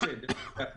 זה הפסד בשבילו,